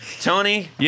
Tony